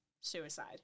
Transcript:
Suicide